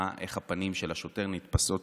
איך הפנים של השוטר נתפסות